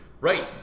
right